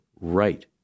right